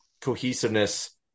cohesiveness